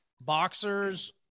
boxers